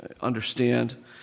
understand